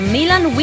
Milan